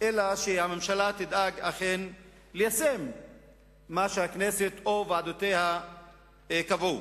אלא שהממשלה תדאג אכן ליישם מה שהכנסת או ועדותיה קבעו.